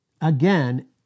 again